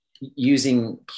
using